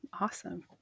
Awesome